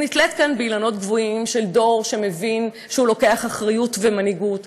אני נתלית כאן באילנות גבוהים של דור שמבין שהוא לוקח אחריות ומנהיגות.